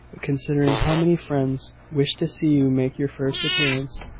considering how many friends wish to see you make your first appearance,